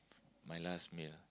my last meal